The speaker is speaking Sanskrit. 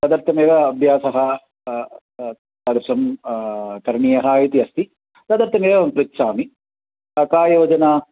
तदर्थमेव अभ्यासः तादृशं करणीयः इति अस्ति तदर्थमेव अहं पृच्छामि का योजना